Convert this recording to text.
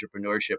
entrepreneurship